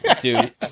Dude